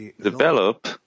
develop